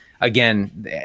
Again